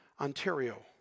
Ontario